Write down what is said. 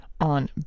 on